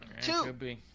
Two